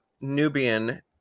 Nubian